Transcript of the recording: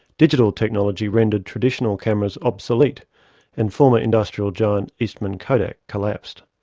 digital technology rendered traditional cameras obsolete and former industrial giant eastman kodak collapsed.